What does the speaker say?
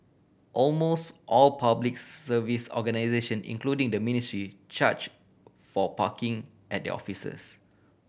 almost all Public Service organisation including the ministry charge for parking at their offices